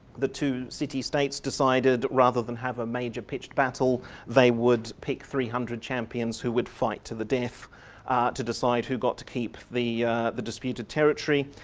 the two city states decided rather than have a major pitched battel they would pick three hundred champions who would fight to the death to decide who got to keep the the disputed territory.